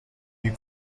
you